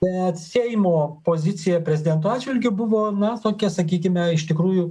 bet seimo pozicija prezidento atžvilgiu buvo na tokia sakykime iš tikrųjų